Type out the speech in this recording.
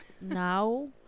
Now